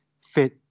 fit